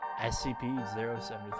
SCP-073